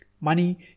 money